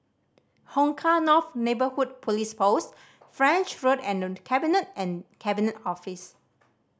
Hong Kah North Neighbourhood Police Post French Road and The Cabinet and Cabinet Office